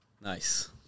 Nice